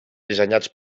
dissenyats